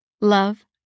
Love